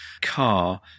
car